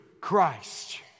Christ